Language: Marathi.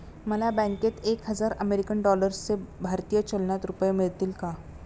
मला बँकेत एक हजार अमेरीकन डॉलर्सचे भारतीय चलनात रुपये मिळतील का?